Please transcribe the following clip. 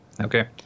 Okay